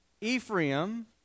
Ephraim